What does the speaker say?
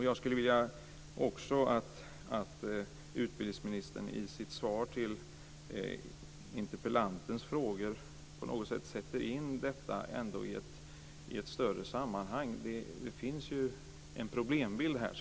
Jag skulle vilja att utbildningsministern i sitt svar på interpellantens frågor på något sätt sätter in detta i ett större sammanhang. Det finns en problembild här.